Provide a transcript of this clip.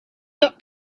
dat